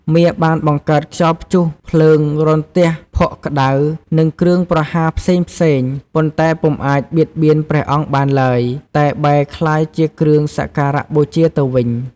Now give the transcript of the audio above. មារបានបង្កើតខ្យល់ព្យុះ ភ្លើង រន្ទះ ភក់ក្តៅ និងគ្រឿងប្រហារផ្សេងៗ ប៉ុន្តែពុំអាចបៀតបៀនព្រះអង្គបានឡើយ តែបែរក្លាយជាគ្រឿងសក្ការបូជាទៅវិញ។